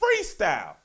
freestyle